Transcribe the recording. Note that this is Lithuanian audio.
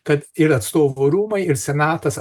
kad ir atstovų rūmai ir senatas